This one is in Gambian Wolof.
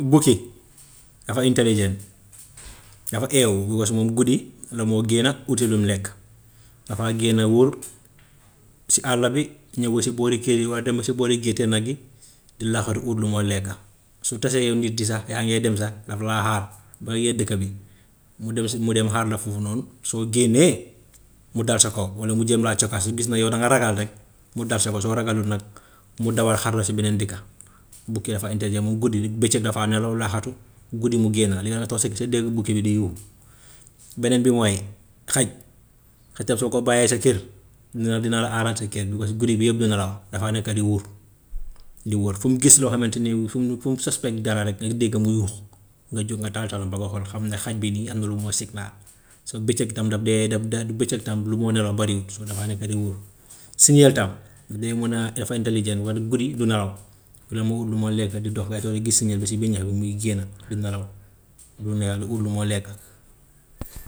Bukki dafa intelligent dafa eewu, because moom guddi la moo génna uti lu mu lekk, dafa génn wër si àll bi, ñëw ba si boori kër yi waa dem ba si boori gétt nag yi di làqatu ut lu mu lekka. Su taasee yow nit ki sax yaa ngee dem sax daf laa xaar, beneen dëkk bi, mu dem si mu dem xaar la foofu noonu soo génnee mu dal sa kaw walla mu jéem laa cokkaas, su gis ne yow danga ragal rek mu dal sa kaw, soo ragalut nag mu daw xaar la si beneen dëkka. Bukki dafa intelligent moom guddi rek bëccëg dafa nelaw làqatu guddi mu génn. Beneen bi mooy xaj, xaj tam soo ko bàyyee sa kër dina dina la aaral sa kër bi because guddi bi yëpp du nelaw dafay nekk di wër, di wër, fu mu gis loo xamante ni fu mu fu mu suspect dara rek danga dégg mu yuuxu, nga jóg nga taal sa làmpa nga xool xam ne xaj bii nii am na lu signal. So bëccëg tam daf dee daf da- du bëccëg tam lu moo nelaw bariwut dafa nekk di wër. Siñel tam day mun a dafa intelligent wante guddi du nelaw, la mu ut lu mu lekk di dox nga door a gis siñel bi si biir ñax bi muy génn, du nelaw, du nelaw di ut lu mu lekk.